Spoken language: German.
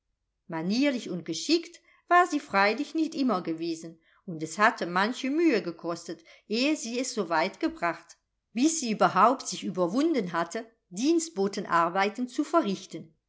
manierlich und geschickt war sie freilich nicht immer gewesen und es hatte manche mühe gekostet ehe sie es so weit gebracht bis sie überhaupt sich überwunden hatte dienstbotenarbeiten zu verrichten